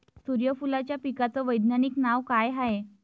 सुर्यफूलाच्या पिकाचं वैज्ञानिक नाव काय हाये?